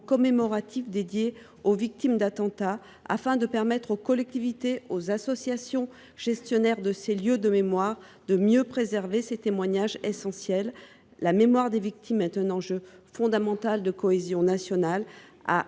commémoratifs dédiés aux victimes d’attentats, afin de permettre aux collectivités et aux associations gestionnaires de ces lieux de mémoire de mieux préserver ces témoignages essentiels. La mémoire des victimes est un enjeu fondamental de cohésion nationale.